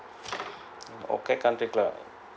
orchid country club